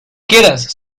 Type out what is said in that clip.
quieras